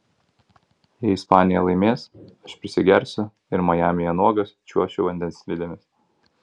jei ispanija laimės aš prisigersiu ir majamyje nuogas čiuošiu vandens slidėmis